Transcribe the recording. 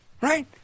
Right